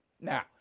Now